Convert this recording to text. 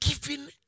giving